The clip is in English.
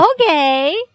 Okay